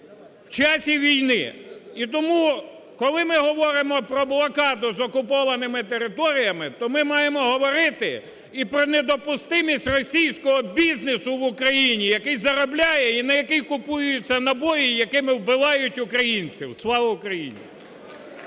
в час війни. І тому, коли ми говоримо про блокаду з окупованими територіями, то ми маємо говорити і про недопустимість російського бізнесу в Україні, який заробляє і на який купуються набої, якими вбивають українців. Слава Україні!